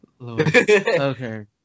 Okay